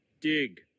Dig